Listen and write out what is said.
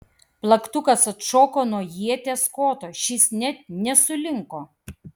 plaktukas atšoko nuo ieties koto šis net nesulinko